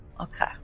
Okay